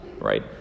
right